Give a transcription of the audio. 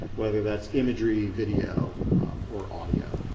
whether that's imagery video or audio.